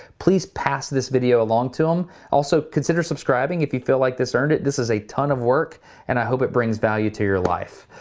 please pass this video along to em. also, consider subscribing if you feel like this earned it. this is a ton of work and i hope it brings value to your life.